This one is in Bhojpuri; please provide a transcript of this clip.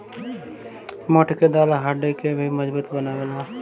मोठ के दाल हड्डी के भी मजबूत बनावेला